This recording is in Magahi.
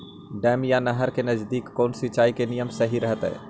डैम या नहर के नजदीक कौन सिंचाई के नियम सही रहतैय?